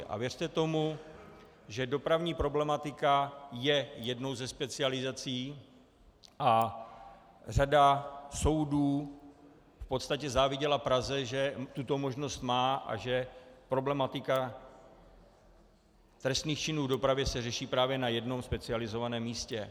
A věřte tomu, že dopravní problematika je jednou ze specializací, a řada soudů v podstatě záviděla Praze, že tuto možnost má a že problematika trestných činů v dopravě se řeší právě na jednom specializovaném místě.